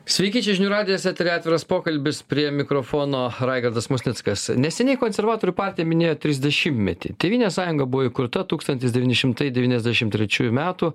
sveiki čia žinių radijas eteryje atviras pokalbis prie mikrofono raigardas musnickas neseniai konservatorių partija minėjo trisdešimtmetį tėvynės sąjunga buvo įkurta tūkstantis devyni šimtai devyniasdešim trečiųjų metų